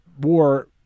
war